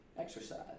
exercise